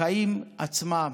בחיים עצמם.